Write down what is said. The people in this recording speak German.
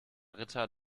ritter